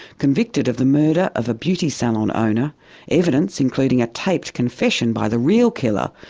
convicted of the murder of a beauty salon owner evidence, including a taped confession by the real killer,